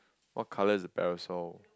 what colour is the parasol